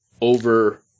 over